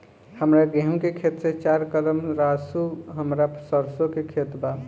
हमार गेहू के खेत से चार कदम रासु हमार सरसों के खेत बा